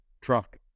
truck